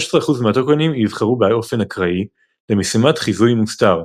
15% מהטוקנים ייבחרו באופן אקראי למשימת חיזוי-מוסתר,